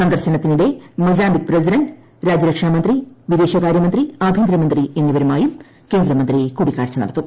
സന്ദർശനത്തിനിടെ Mozambique president രാജ്യരക്ഷാമന്ത്രി വിദേശകാര്യമന്ത്രി ആഭ്യന്തരമന്ത്രി എന്നിവരുമായും കേന്ദ്രമന്ത്രി കൂടിക്കാഴ്ച നടത്തും